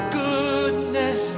goodness